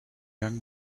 young